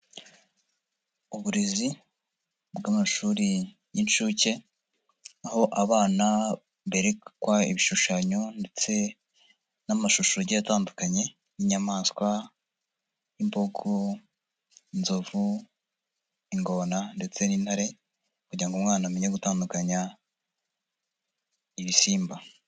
Uburezi bw'amashuri y'incuke, aho abana berekwa ibishushanyo ndetse n'amashusho atandukanye y'inyamaswa, imbogo, inzovu, ingona ndetse n'intare kugira ngo umwana amenye gutandukanya ibisimba.